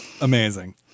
Amazing